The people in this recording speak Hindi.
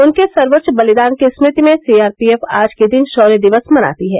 उनके सर्वोच्च बलिदान की स्मृति में सीआरपीएफ आज के दिन शौर्य दिवस मनाती है